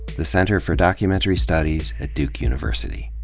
the center for documentary studies at duke university